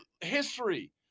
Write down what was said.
history